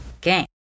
game